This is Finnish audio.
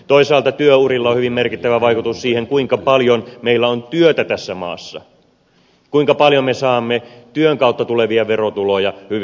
toisaalta työurilla on hyvin merkittävä vaikutus siihen kuinka paljon meillä on työtä tässä maassa kuinka paljon me saamme työn kautta tulevia verotuloja hyvinvointiyhteiskuntaan